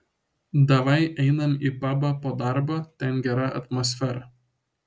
davai einam į pabą po darbo ten gera atmosfera